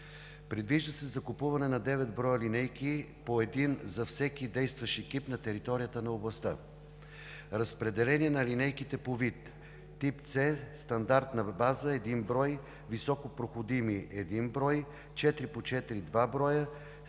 предвижда се закупуване на девет броя линейки, по един за всеки действащ екип на територията на областта. Разпределение на линейките по вид: тип „С“ стандартна база – един брой, високопроходими – един брой,